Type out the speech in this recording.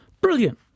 Brilliant